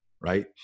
right